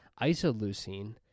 Isoleucine